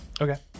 Okay